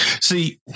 See